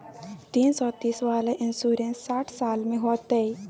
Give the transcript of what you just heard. तीन सौ तीस वाला इन्सुरेंस साठ साल में होतै?